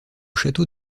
château